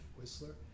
Whistler